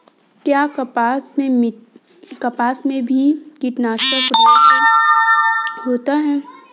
क्या कपास में भी कीटनाशक रोग होता है?